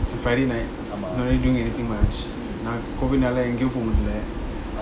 it's a friday night not really doing anything much நான்கோவிட்னாலஎங்கயும்போகமுடியல:nan covidnala engayum poga mudiala